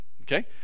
okay